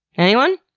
anyone?